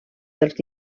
dels